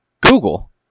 Google